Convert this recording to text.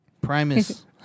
Primus